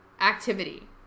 activity